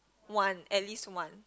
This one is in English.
one at least one